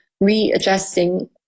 readjusting